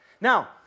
Now